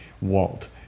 Walt